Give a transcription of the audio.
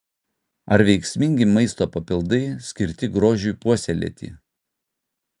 ar veiksmingi maisto papildai skirti grožiui puoselėti